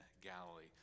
Galilee